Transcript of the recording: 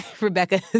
Rebecca